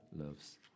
loves